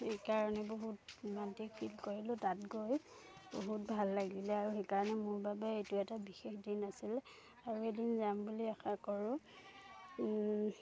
সেইকাৰণে বহুত romantic feel কৰিলোঁ তাত গৈ বহুত ভাল লাগিলে আৰু সেইকাৰণে মোৰ বাবে এইটো এটা বিশেষ দিন আছিলে আৰু এইদিন যাম বুলি আশা কৰোঁ